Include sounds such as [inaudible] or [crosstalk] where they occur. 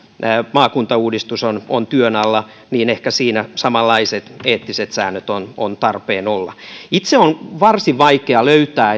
maakuntauudistus on on työn alla niin ehkä siinä samanlaiset eettiset säännöt on on tarpeen olla itse on varsin vaikea löytää [unintelligible]